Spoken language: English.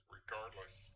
regardless